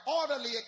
orderly